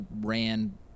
ran